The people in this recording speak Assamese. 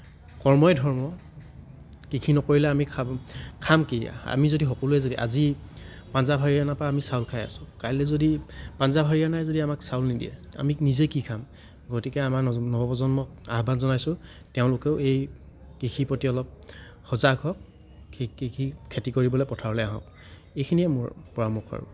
কৰ্মই ধৰ্ম কৃষি নকৰিলে আমি খাম খাম কি আমি যদি সকলোৱে আজি পাঞ্জাৱ হাৰিয়ানাৰ পৰা চাউল খায় আছোঁ কাইলে যদি পাঞ্জাৱ হাৰিয়ানাই যদি আমাক চাউল নিদিয়ে আমি নিজে কি খাম গতিকে আমাৰ নৱ নৱপ্ৰজন্মক আহ্বান জনাইছোঁ তেওঁলোকেও এই কৃষি প্ৰতি অলপ সজাগ হওঁক কৃ কৃষি খেতি কৰিবলৈ পথাৰলৈ আহক এইখিনিয়ে মোৰ পৰামৰ্শ আৰু